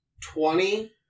twenty